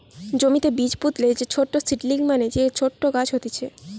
জমিতে বীজ পুতলে যে ছোট সীডলিং মানে যে ছোট গাছ হতিছে